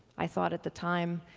i thought at the time,